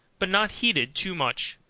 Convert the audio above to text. but not heated too much,